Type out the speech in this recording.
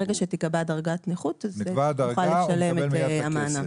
ברגע שתיקבע דרגת נכות אז נוכל לשלם את המענק.